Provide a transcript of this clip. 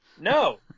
No